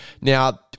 Now